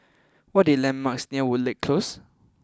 what are the landmarks near Woodleigh Close